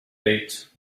date